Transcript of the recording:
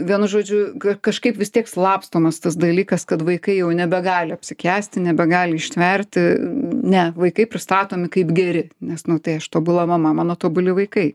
vienu žodžiu ka kažkaip vis tiek slapstomas tas dalykas kad vaikai jau nebegali apsikęsti nebegali ištverti ne vaikai pristatomi kaip geri nes nu tai aš tobula mama mano tobuli vaikai